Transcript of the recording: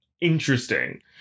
interesting